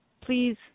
please